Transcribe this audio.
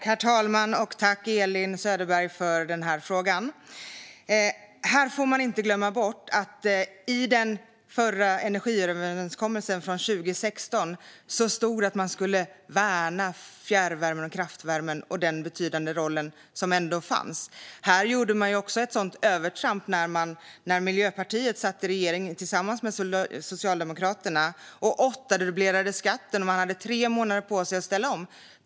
Herr talman! Jag tackar Elin Söderberg för frågan. Här får man inte glömma bort att i den förra energiöverenskommelsen från 2016 stod det att man skulle värna fjärrvärmen och kraftvärmen med den betydande roll som de ändå hade. Miljöpartiet, som satt i regering tillsammans med Socialdemokraterna, gjorde ett övertramp och åttadubblade skatten. Man hade tre månader på sig att ställa om.